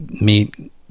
meet